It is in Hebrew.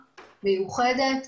מיוחדת,